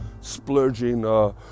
splurging